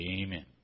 Amen